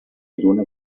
lluna